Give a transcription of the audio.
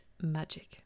magic